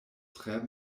tre